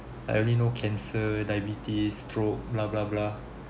I only know cancer diabetes stroke blah blah blah